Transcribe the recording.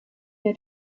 der